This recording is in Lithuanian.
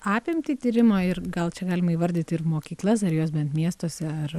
apimtį tyrimo ir gal čia galima įvardyti ir mokyklas ar jos bent miestuose ar